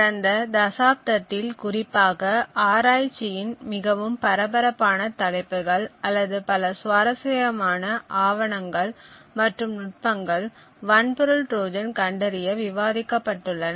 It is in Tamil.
கடந்த தசாப்தத்தில் குறிப்பாக ஆராய்ச்சியின் மிகவும் பரபரப்பான தலைப்புகள் அல்லது பல சுவாரஸ்யமான ஆவணங்கள் மற்றும் நுட்பங்கள் வன்பொருள் ட்ரோஜன் கண்டறிய விவாதிக்கப்பட்டுள்ளன